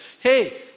hey